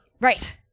Right